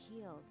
healed